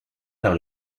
par